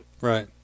Right